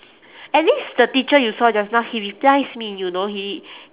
at least the teacher you saw just now he replies me you know he